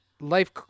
life